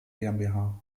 gmbh